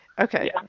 Okay